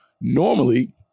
normally